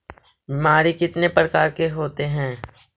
बीमारी कितने प्रकार के होते हैं?